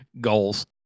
Goals